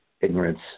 ignorance